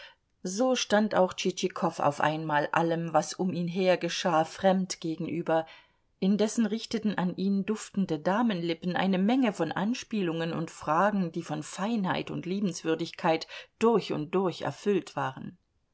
so stand auch tschitschikow auf einmal allem was um ihn her geschah fremd gegenüber indessen richteten an ihn duftende damenlippen eine menge von anspielungen und fragen die von feinheit und liebenswürdigkeit durch und durch erfüllt waren